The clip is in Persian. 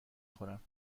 خورم